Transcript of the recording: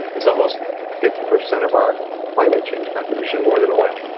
it's almost fifty percent of our climate change contribution, more than oil.